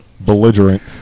Belligerent